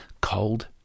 Cold